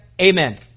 Amen